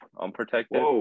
unprotected